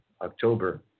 October